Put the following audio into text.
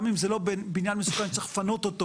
גם אם זה לא בניין מסוכן שצריך לפנות אותו